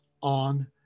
on